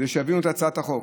כדי שיבינו את הצעת החוק,